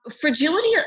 Fragility